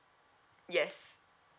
yes